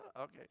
okay